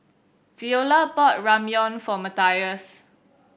Veola bought Ramyeon for Matias